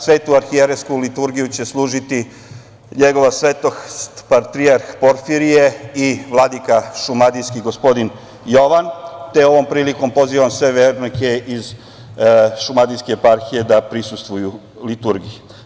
Svetu arhijerejsku liturgiju će služiti Njegova svetost patrijarh Porfirije i vladika šumadijski gospodin Jovan, te ovom prilikom sve vernike iz šumadijske eparhije da prisustvuju liturgiji.